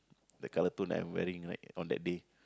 the color tone I'm wearing right on that day